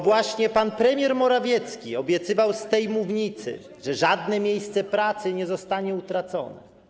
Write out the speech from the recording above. To właśnie pan premier Morawiecki obiecywał z tej mównicy, że żadne miejsce pracy nie zostanie utracone.